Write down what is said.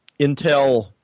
Intel